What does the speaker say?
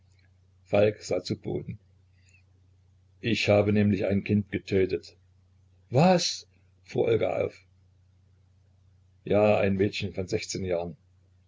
falk sah zu boden ich habe nämlich ein kind getötet was olga fuhr auf ja ein mädchen von sechzehn jahren